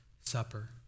Supper